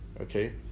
Okay